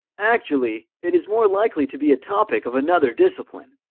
actually, it is more likely to be a topic of another discipline.